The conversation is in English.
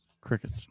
Crickets